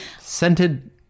Scented